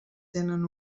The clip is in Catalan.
tenen